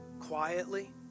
quietly